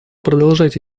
продолжать